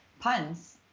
puns